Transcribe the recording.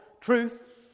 truth